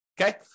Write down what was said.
Okay